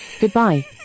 Goodbye